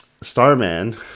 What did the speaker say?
Starman